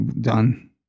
Done